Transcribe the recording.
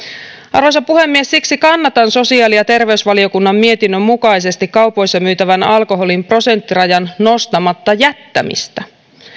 arvoisa puhemies siksi kannatan sosiaali ja terveysvaliokunnan mietinnön mukaisesti kaupoissa myytävän alkoholin prosenttirajan nostamatta jättämistä